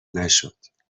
نشد